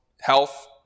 health